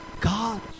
God